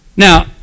now